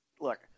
look